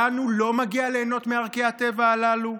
לנו לא מגיע ליהנות מערכי הטבע הללו?